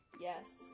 Yes